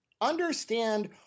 understand